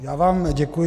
Já vám děkuji.